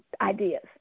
ideas